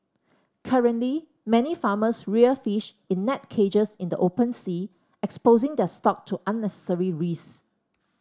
currently many farmers rear fish in net cages in the open sea exposing their stock to unnecessary risks